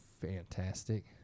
fantastic